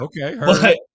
Okay